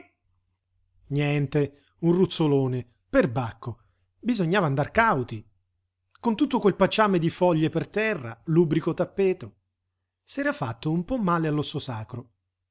niente un ruzzolone perbacco bisognava andar cauti con tutto quel pacciame di foglie per terra lubrico tappeto s'era fatto un po male all'osso sacro